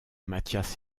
mathias